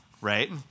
right